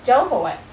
jauh for what